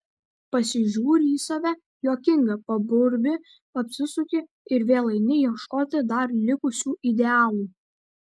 pasižiūri į save juokinga paburbi apsisuki ir vėl eini ieškoti dar likusių idealų